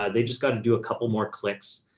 ah they just got to do a couple more clicks.